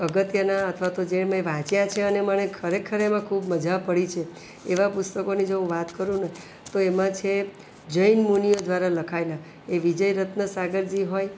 અગત્યના અથવા તો જે મેં વાંચ્યા છે અને મને ખરેખર એમાં ખૂબ મજા પડી છે એવા પુસ્તકોની જો હું વાત કરુંને તો એમાં છે જૈન મુનીઓ દ્વારા લખાયેલ એ વિજયરત્ન સાગરજી હોય